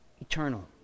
eternal